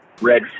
red